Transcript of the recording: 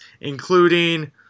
including